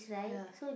ya